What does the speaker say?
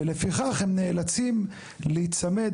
ולפיכך הם נאלצים להיצמד